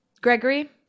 Gregory